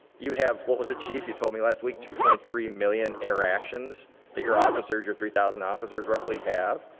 you have, what was a chief, you told me last week two point three million interactions that your officers, your three thousand officers roughly have.